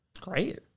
Great